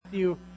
Matthew